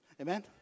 Amen